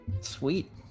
Sweet